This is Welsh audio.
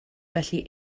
felly